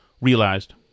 realized